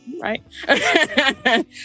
right